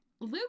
Luke